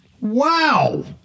Wow